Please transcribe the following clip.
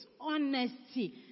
honesty